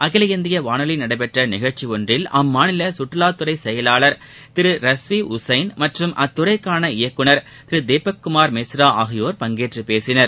அகில இந்திய வானொலியில் நடைபெற்ற நிகழ்ச்சி ஒன்றில் அம்மாநில சுற்றுலாத்துறை செயலாளா் திரு ரஸ்வீ உசைன் மற்றும் அத்துறைக்கான இயக்குனர் திரு தேபக் குமார் மிஸ்ரா ஆகியோர் பங்கேற்று பேசினர்